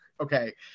Okay